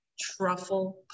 truffle